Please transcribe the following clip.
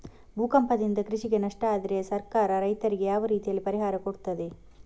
ಭೂಕಂಪದಿಂದ ಕೃಷಿಗೆ ನಷ್ಟ ಆದ್ರೆ ಸರ್ಕಾರ ರೈತರಿಗೆ ಯಾವ ರೀತಿಯಲ್ಲಿ ಪರಿಹಾರ ಕೊಡ್ತದೆ?